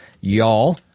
Y'all